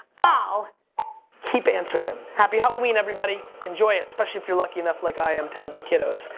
i'll keep answering them. happy halloween, everybody. enjoy it, especially if you're lucky enough, like i am to have the kiddos.